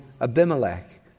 Abimelech